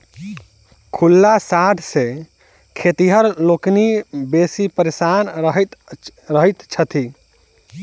खुल्ला साँढ़ सॅ खेतिहर लोकनि बेसी परेशान रहैत छथि